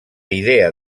idea